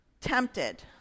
tempted